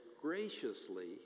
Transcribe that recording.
graciously